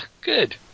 good